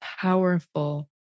powerful